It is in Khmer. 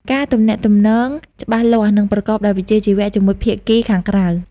ការទំនាក់ទំនងច្បាស់លាស់ និងប្រកបដោយវិជ្ជាជីវៈជាមួយភាគីខាងក្រៅ ។